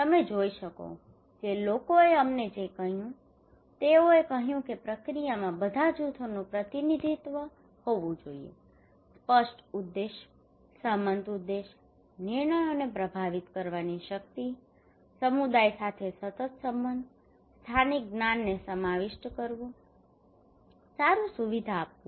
તમે જોઈ શકો છો કે લોકોએ અમને જે કહ્યું તે તેઓએ કહ્યું કે પ્રક્રિયામાં બધા જૂથોનું પ્રતિનિધિત્વ હોવું જોઈએ સ્પષ્ટ ઉદ્દેશો સંમત ઉદ્દેશો નિર્ણયોને પ્રભાવિત કરવાની શક્તિ સમુદાય સાથે સતત સંબંધ સ્થાનિક જ્ઞાનને સમાવિષ્ટ કરવું સારું સુવિધા આપવું